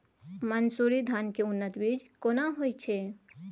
मन्सूरी धान के उन्नत बीज केना होयत छै?